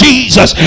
Jesus